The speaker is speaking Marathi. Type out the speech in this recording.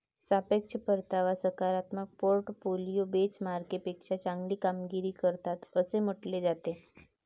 सापेक्ष परतावा सकारात्मक पोर्टफोलिओ बेंचमार्कपेक्षा चांगली कामगिरी करतात असे म्हटले जाते